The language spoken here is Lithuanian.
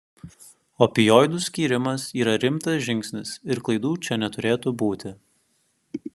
opioidų skyrimas yra rimtas žingsnis ir klaidų čia neturėtų būti